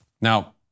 Now